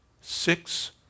Six